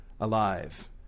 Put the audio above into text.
alive